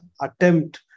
attempt